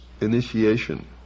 initiation